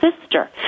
sister